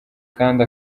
kandi